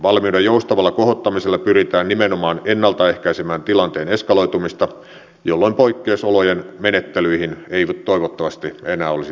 valmiuden joustavalla kohottamisella pyritään nimenomaan ennalta ehkäisemään tilanteen eskaloitumista jolloin poikkeusolojen menettelyihin ei toivottavasti enää olisi tarvetta